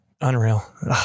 Unreal